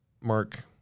Mark